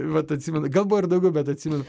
vat atsimenu gal buvo ir daugiau bet atsimenu